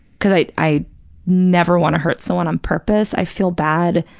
because i i never want to hurt someone on purpose. i feel bad,